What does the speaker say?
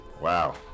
Wow